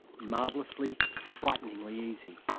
marvellously, frighteningly easy.